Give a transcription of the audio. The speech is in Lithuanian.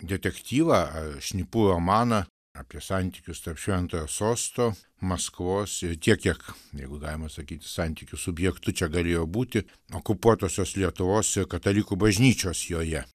detektyvą šnipų romaną apie santykius tarp šventojo sosto maskvos tiek kiek jeigu galima sakyti santykių subjektu čia galėjo būti okupuotosios lietuvos ir katalikų bažnyčios joje